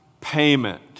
payment